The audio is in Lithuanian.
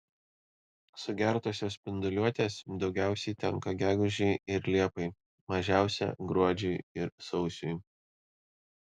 sugertosios spinduliuotės daugiausiai tenka gegužei ir liepai mažiausia gruodžiui ir sausiui